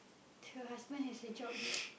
her husband has a job there